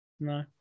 no